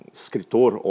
escritor